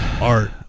art